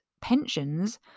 pensions